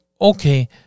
okay